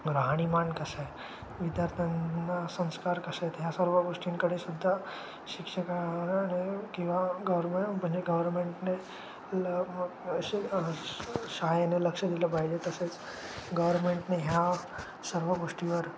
राहणीमान कसं आहे विद्यार्थ्यांना संस्कार कसे आहेत ह्या सर्व गोष्टींकडेसुद्धा शिक्षकांनी किंवा गव्हर्मेंट म्हणजे गव्हर्मेंटने ल शाळेने लक्ष दिलं पाहिजे तसेच गव्हर्मेंटने ह्या सर्व गोष्टीवर